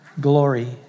glory